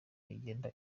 igenda